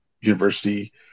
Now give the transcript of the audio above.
university